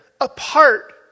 apart